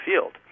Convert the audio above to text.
field